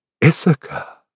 Ithaca